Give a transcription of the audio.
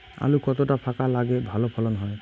আলু কতটা ফাঁকা লাগে ভালো ফলন হয়?